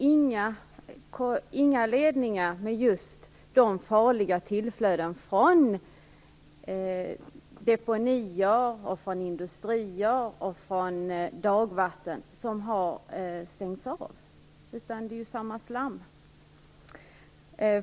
Inga ledningar med farliga tillflöden från deponier, industrier och dagvatten har stängts av, utan det är samma slam.